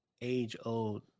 age-old